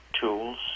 tools